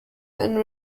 and